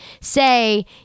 say